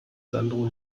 sandro